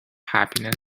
happiness